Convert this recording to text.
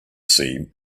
see